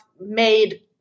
made